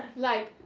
like,